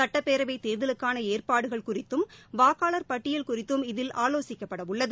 சட்டப்பேரவை தேர்தலுக்கான ஏற்பாடுகள் குறித்தும் வாக்காளர் பட்டியல் குறித்தும் இதில் ஆலோசிக்கப்பட உள்ளது